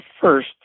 first